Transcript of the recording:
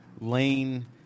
lane